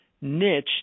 niche